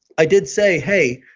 i did say, hey,